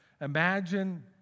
Imagine